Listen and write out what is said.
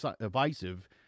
divisive